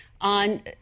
on